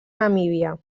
namíbia